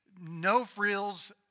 no-frills